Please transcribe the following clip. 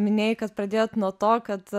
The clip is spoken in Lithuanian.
minėjai kad pradėjot nuo to kad